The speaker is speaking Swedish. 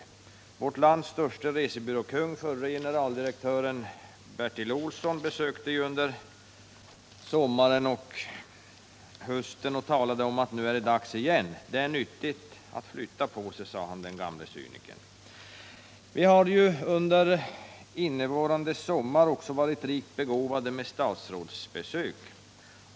Vårt lands störste resebyråkung, förre generaldirektören Bertil Olsson, besökte Norrbotten under sommaren och hösten och talade om att nu är det dags igen. Det är nyttigt att flytta på sig, sade han, den gamle cynikern. Vi har under den gångna sommaren också varit rikt begåvade med statsrådsbesök.